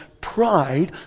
pride